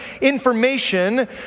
information